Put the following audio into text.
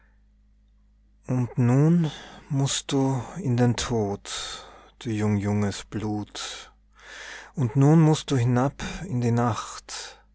und nun mußt du in den tod du jungjunges blut und nun mußt du hinab in die nacht